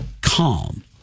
calm